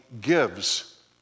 gives